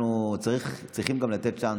אנחנו צריכים לתת גם צ'אנס,